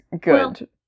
good